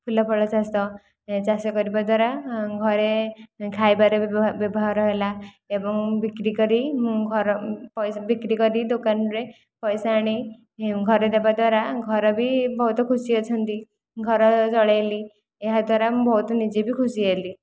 ଫୁଲଫଳ ଚାଷ ଏହା ଚାଷ କରିବା ଦ୍ଵାରା ଘରେ ଖାଇବାରେ ବ୍ୟବହାର ହେଲା ଏବଂ ବିକ୍ରି କରି ମୁଁ ଘର ବିକ୍ରି କରି ଦୋକାନରେ ପଇସା ଆଣି ଘରେ ଦେବା ଦ୍ଵାରା ଘର ବି ବହୁତ ଖୁସି ଅଛନ୍ତି ଘର ଚଳାଇଲି ଏହା ଦ୍ଵାରା ମୁଁ ବହୁତ ନିଜେ ବି ଖୁସି ହେଲି